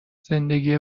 زندگی